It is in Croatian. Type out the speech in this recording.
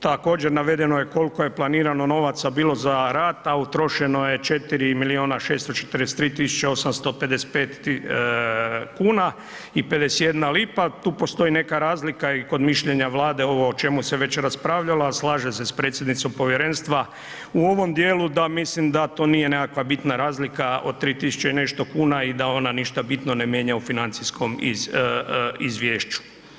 Također, navedeno je koliko je planirano novaca bilo za rad, a utrošeno je 4.643.855 kuna i 51 lipa, tu postoji neka razlika i kod mišljenja Vlade, ovo o čemu se već raspravljalo, a slažem se s predsjednicom povjerenstva u ovom dijelu da mislim da to nije nekakva bitna razlika od 3.000 i nešto kuna i da ona ništa bitno ne mijenja u financijskom izvješću.